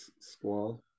Squall